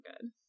good